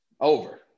Over